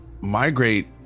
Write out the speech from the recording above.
migrate